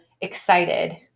excited